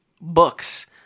books